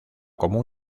como